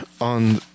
on